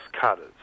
cutters